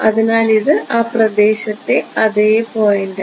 അതിനാൽ ഇത് ആ പ്രദേശത്തെ അതേ പോയിന്റാണ്